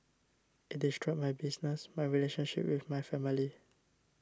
it destroyed my business my relationship with my family